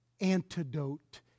antidote